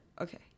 Okay